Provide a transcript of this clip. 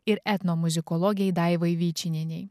ir etnomuzikologei daiva vyčinienei